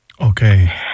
Okay